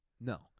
No